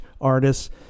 artists